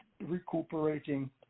recuperating